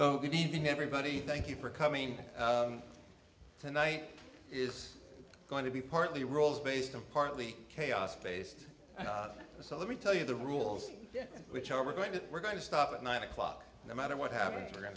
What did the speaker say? to good evening everybody thank you for coming in tonight is going to be partly roles based of partly chaos based so let me tell you the rules which are we're going to we're going to stop at nine o'clock no matter what happens we're going